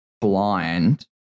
blind